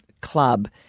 club